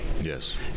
Yes